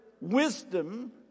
wisdom